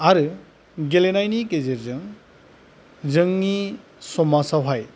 आरो गेलेनायनि गेजेरजों जोंनि समाजावहाय